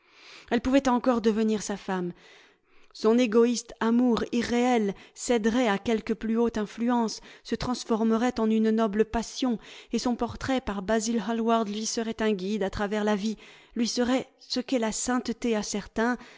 elle pouvait encore devenir sa femme son égoïste amour irréel céderait à quelque plus haute influence se transformerait en une noble passion et son portrait par basil hallward lui serait un guide à travers la vie lui serait ce qu'est la sainteté à certains